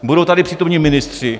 Budou tady přítomni ministři.